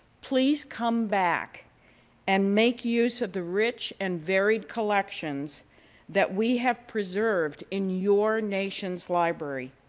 please come back and make use of the rich and varied collections that we have preserved in your nation's library.